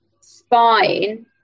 spine